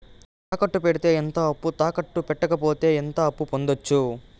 తాకట్టు పెడితే ఎంత అప్పు, తాకట్టు పెట్టకపోతే ఎంత అప్పు పొందొచ్చు?